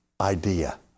idea